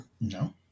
No